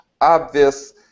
obvious